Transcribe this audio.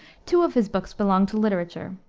two of his books belong to literature,